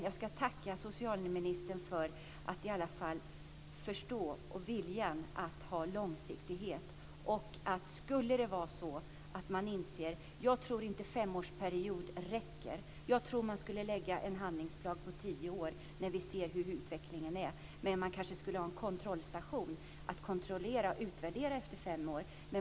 Jag ska tacka socialministern för att han i alla fall förstår och vill att det ska vara långsiktigt. Jag tror inte att en femårsperiod räcker, utan jag tror att man ska lägga en handlingsplan på tio år, när vi ser hur utvecklingen är. Men man kanske skulle ha en kontrollstation för att kontrollera och utvärdera efter fem år.